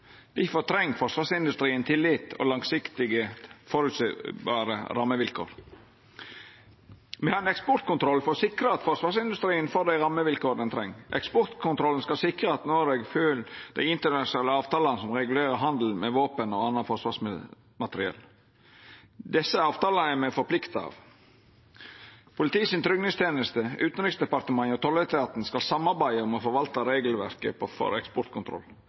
Difor treng forsvarsindustrien tillit og langsiktige, føreseielege rammevilkår. Me har ein eksportkontroll for å sikra at forsvarsindustrien får dei rammevilkåra han treng. Eksportkontrollen skal sikra at Noreg følgjer dei internasjonale avtalane som regulerer handel med våpen og anna forsvarsmateriell. Desse avtalane er me forplikta av. Politiets tryggingsteneste, Utanriksdepartementet og Tolletaten skal samarbeida om å forvalta regelverket for eksportkontroll.